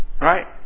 Right